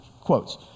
quotes